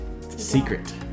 Secret